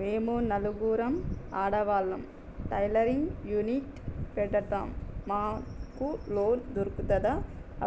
మేము నలుగురం ఆడవాళ్ళం టైలరింగ్ యూనిట్ పెడతం మాకు లోన్ దొర్కుతదా?